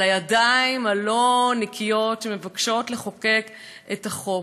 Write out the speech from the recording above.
על הידיים הלא-נקיות שמבקשות לחוקק את החוק.